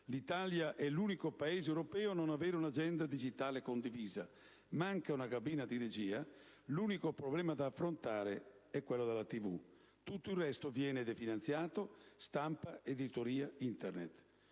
L'Italia è l'unico Paese europeo a non avere un'agenda digitale condivisa. Manca una cabina di regia. L'unico problema da affrontare per voi è quello della TV. Tutto il resto viene definanziato: stampa, editoria, Internet.